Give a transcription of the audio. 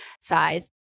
size